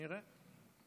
נראה.